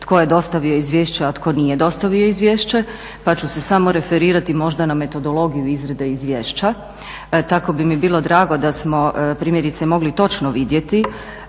tko je dostavio izvješće, a tko nije dostavio izvješće, pa ću se samo referirati možda na metodologiju izrade izvješća. Tako bi mi bilo drago da smo primjerice mogli točno vidjeti